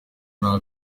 nta